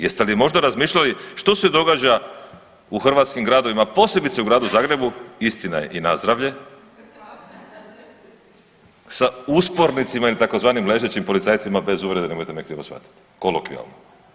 Jeste li možda razmišljali što se događa u hrvatskim gradovima, posebice u gradu Zagrebu istina je i nazdravlje, sa upornicima ili tzv. ležećim policajcima bez uvrede nemojte me krivo shvatiti kolokvijalno.